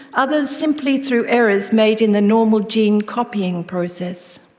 others simply through errors made in the normal gene copying process.